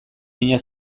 mina